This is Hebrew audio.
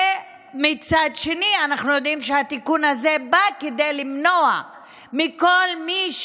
ומצד שני אנחנו יודעים שהתיקון הזה בא למנוע מכל מי